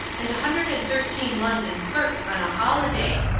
and a hundred and thirteen london clerks on a holiday,